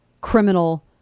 criminal